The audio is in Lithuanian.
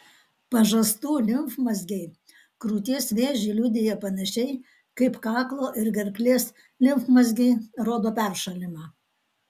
pažastų limfmazgiai krūties vėžį liudija panašiai kaip kaklo ir gerklės limfmazgiai rodo peršalimą